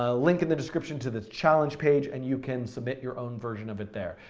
ah link in the description to this challenge page, and you can submit your own version of it there.